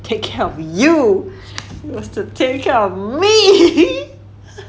take care of you was to take care of me